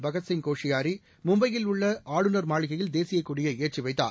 பகத்சிங் கோஷியாரிமும்பையில் உள்ளஆளுநர் மாளிகையில் தேசியகொடியைஏற்றிவைத்தார்